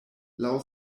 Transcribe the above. laŭ